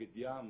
בגד ים